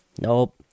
Nope